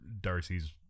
Darcy's